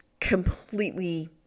completely